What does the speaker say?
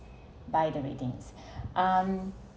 by the readings um